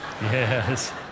Yes